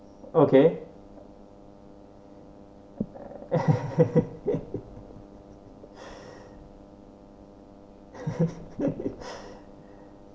okay